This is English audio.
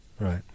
right